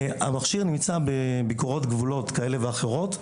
המכשיר נמצא בביקורות גבולות, כאלו ואחרות,